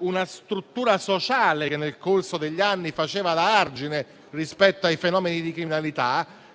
una struttura sociale che nel corso degli anni ha fatto da argine rispetto ai fenomeni di criminalità.